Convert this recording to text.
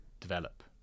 develop